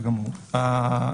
אני